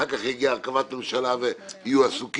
אחר כך תגיע הרכבת הממשלה ויהיו עסוקים.